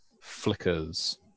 flickers